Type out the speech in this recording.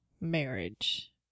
Marriage